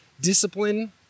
discipline